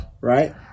Right